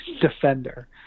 defender